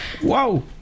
Whoa